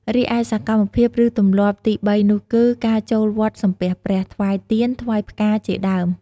រីឯសកម្មភាព ឬទម្លាប់ទីបីនោះគឺ ការចូលវត្តសំពះព្រះ ថ្វាយទៀន ថ្វាយផ្កាជាដើម។